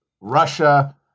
Russia